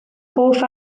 hoff